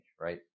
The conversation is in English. right